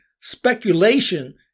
speculation